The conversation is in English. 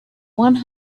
one